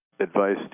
Advice